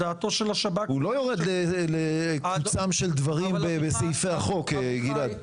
הוא לא יורד לקוצם של דברים בסעיפי החוק, גלעד.